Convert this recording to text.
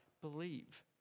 believe